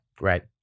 Right